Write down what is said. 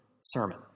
sermon